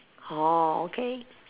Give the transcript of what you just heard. orh okay